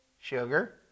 Sugar